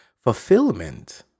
fulfillment